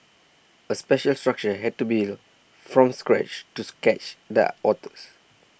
a special structure had to built from scratch to catch the otters